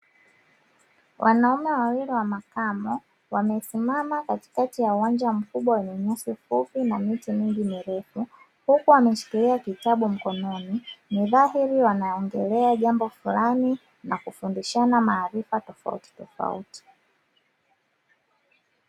Wanaume wawili wa makamo wamesimama katikati ya uwanja mkubwa wenye nyasi fupi na miti mingi mirefu, huku wameshikilia kitabu mkononi ni dhahiri wanaongelea jambo fulani na kufundishana maarifa tofautitofauti.